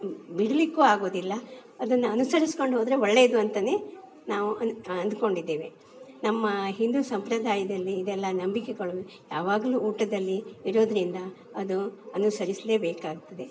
ಬಿಡಲಿಕ್ಕೂ ಆಗೋದಿಲ್ಲ ಅದನ್ನು ಅನುಸರಿಕೊಂಡು ಹೋದರೆ ಒಳ್ಳೆಯದು ಅಂತಲೇ ನಾವು ಅನ್ ಅಂದುಕೊಂಡಿದ್ದೇವೆ ನಮ್ಮ ಹಿಂದೂ ಸಂಪ್ರದಾಯದಲ್ಲಿ ಇದೆಲ್ಲಾ ನಂಬಿಕೆಗಳು ಯಾವಾಗಲೂ ಊಟದಲ್ಲಿ ಇರೋದರಿಂದ ಅದು ಅನುಸರಿಸಲೇ ಬೇಕಾಗ್ತದೆ